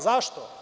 Zašto?